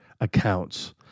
accounts